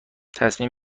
تصمیم